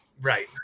right